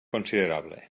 considerable